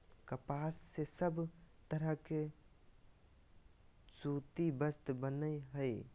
कपास से सब तरह के सूती वस्त्र बनय हय